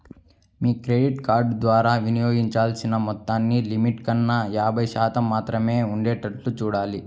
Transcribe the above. మీ credit card ద్వారా వినియోగించాల్సిన మొత్తాన్ని లిమిట్ కన్నా యాభై శాతం మాత్రమే ఉండేటట్లుగా చూడాలి